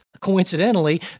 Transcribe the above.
coincidentally